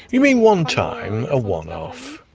you mean one time? a one-off?